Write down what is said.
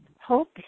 hope